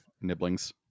nibblings